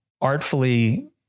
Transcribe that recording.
artfully